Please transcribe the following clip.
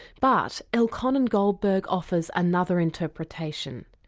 but elkhonon goldberg offers another interpretation.